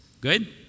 Good